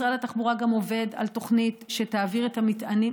משרד התחבורה גם עובד על תוכנית שתוריד מהכבישים,